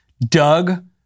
Doug